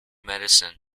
medicine